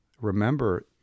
remember